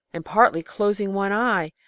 and partly closing one eye.